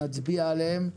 נצביע עליהן,